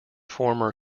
former